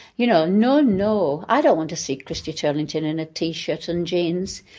you know, no, no, i don't want to see christy turlington in a t-shirt and jeans.